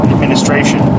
administration